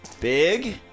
Big